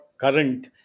current